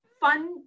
fun